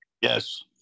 Yes